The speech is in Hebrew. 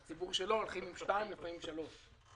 בציבור שלו הולכים עם שתיים, ולפעמים עם שלוש.